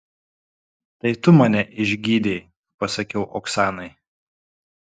tai tu mane išgydei pasakiau oksanai